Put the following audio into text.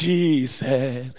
Jesus